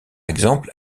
exemple